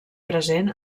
present